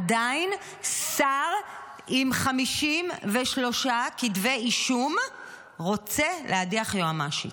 עדיין, שר עם 53 כתבי אישום רוצה להדיח יועמ"שית.